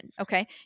Okay